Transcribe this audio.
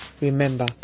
Remember